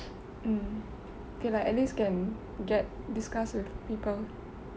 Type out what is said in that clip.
mm okay lah at least can get discuss with people